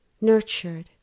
nurtured